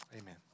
Amen